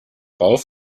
rauf